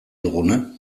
duguna